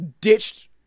ditched